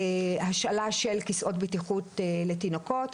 השאלה של כסאות בטיחות לתינוקות,